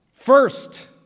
First